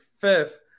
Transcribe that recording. fifth